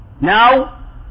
Now